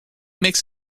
makes